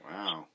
Wow